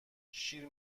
شیر